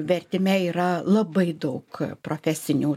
vertime yra labai daug profesinių